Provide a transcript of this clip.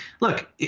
Look